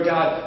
God